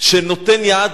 שנותן יד,